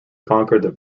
conquered